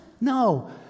No